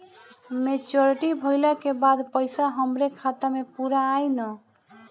Maturity भईला के बाद पईसा हमरे खाता म पूरा आई न?